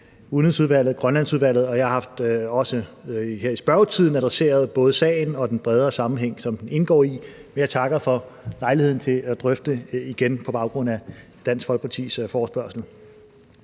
Udenrigsudvalget og i Grønlandsudvalget. Og jeg har også her i spørgetiden adresseret både sagen og den bredere sammenhæng, som den indgår i, og jeg takker for lejligheden til at drøfte det igen på baggrund af Dansk Folkepartis forespørgsel.